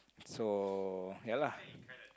so ya lah